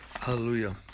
Hallelujah